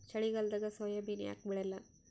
ಚಳಿಗಾಲದಾಗ ಸೋಯಾಬಿನ ಯಾಕ ಬೆಳ್ಯಾಲ?